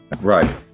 Right